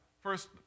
First